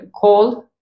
call